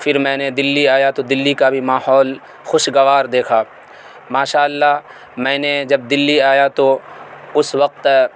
پھر میں نے دلی آیا تو دلی کا بھی ماحول خوشگوار دیکھا ماشاء اللہ میں نے جب دلی آیا تو اس وقت